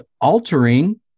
altering